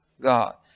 God